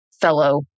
fellow